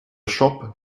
shop